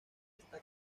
esta